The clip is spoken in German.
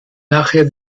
nachher